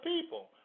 people